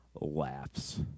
laughs